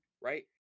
right